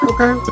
Okay